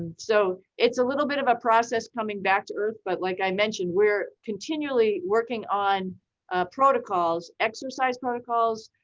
and so it's a little bit of a process coming back to earth, but like i mentioned, were continually working on protocols, exercise protocols,